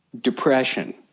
depression